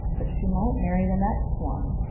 but she might marry the next one.